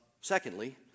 secondly